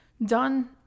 done